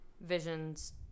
visions